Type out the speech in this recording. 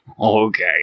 Okay